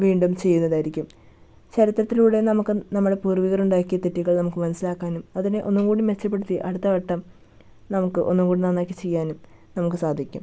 വീണ്ടും ചെയ്യുന്നതായിരിക്കും ചരിത്രത്തിലൂടെ നമുക്ക് നമ്മുടെ പൂർവികർ ഉണ്ടാക്കിയ തെറ്റുകൾ നമുക്ക് മനസ്സിലാക്കാനും അതിനെ ഒന്നും കൂടി മെച്ചപ്പെടുത്തി അടുത്ത വട്ടം നമുക്ക് ഒന്നും കൂടി നന്നാക്കി ചെയ്യാനും നമുക്ക് സാധിക്കും